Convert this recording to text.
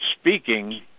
speaking